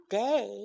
day